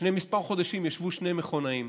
לפני כמה חודשים ישבו שני מכונאים,